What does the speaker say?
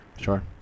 Sure